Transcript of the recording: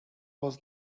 was